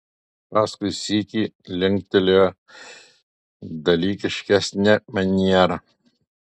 paskui sykį linktelėjo dalykiškesne maniera